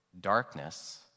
darkness